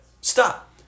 Stop